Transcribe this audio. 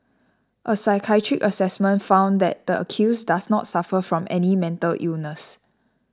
a psychiatric assessment found that the accused does not suffer from any mental illness